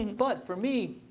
and but for me,